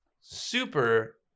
super